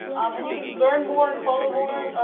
and you can learn more and follow more.